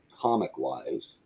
comic-wise